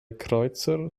kreuzer